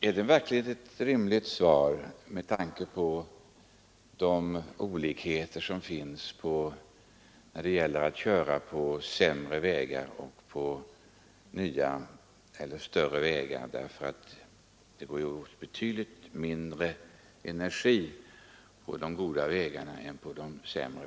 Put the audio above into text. Är det verkligen ett rimligt svar med tanke på de olikheter som finns mellan att köra på sämre vägar och på nya eller bättre vägar? Dei går ju åt betydligt mindre energi på de bra vägarna än på de sämre.